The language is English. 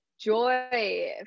joy